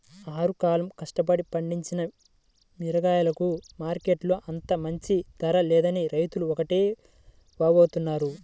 ఆరుగాలం కష్టపడి పండించిన మిరగాయలకు మార్కెట్టులో అంత మంచి ధర లేదని రైతులు ఒకటే వాపోతున్నారు